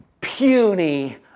puny